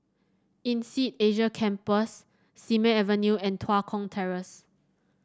INSEAD Asia Campus Simei Avenue and Tua Kong Terrace